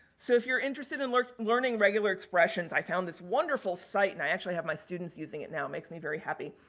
so, if you're interesting in learning learning regular expressions, i found this wonderful site and i actually have my students using it now. it makes me very happy.